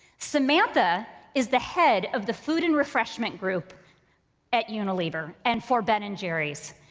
samantha is the head of the food and refreshment group at unilever and for ben and jerry's.